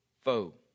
foe